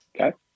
Okay